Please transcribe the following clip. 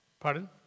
Pardon